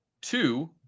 two